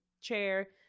chair